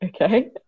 Okay